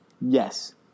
Yes